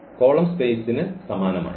column സ്പെയ്സിന് സമാനമായത്